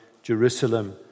Jerusalem